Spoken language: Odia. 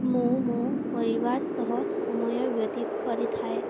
ମୁଁ ମୋ ପରିବାର ସହ ସମୟ ବ୍ୟତୀତ କରିଥାଏ